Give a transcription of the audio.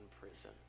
prison